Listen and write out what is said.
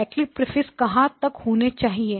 cyclic prefix कहां तक होने चाहिए